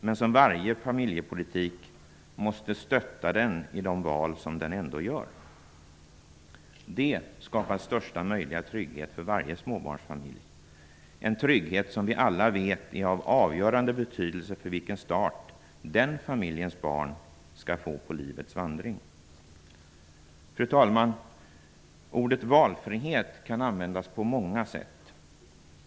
Men varje familjepolitik måste stötta den i de val som den ändå gör. Det skapar största möjliga trygghet för varje småbarnsfamilj, en trygghet som vi alla vet har avgörande betydelse för vilken start den familjens barn skall få på livets vandring. Fru talman! Ordet valfrihet kan användas på många sätt.